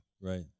Right